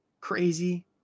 crazy